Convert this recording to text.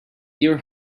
your